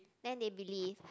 then they believe